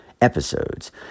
episodes